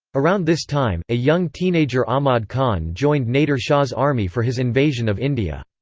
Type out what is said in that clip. around this time, a young teenager ahmad khan joined nader shah's army for his invasion of india.